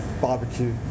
barbecue